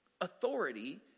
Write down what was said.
authority